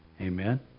Amen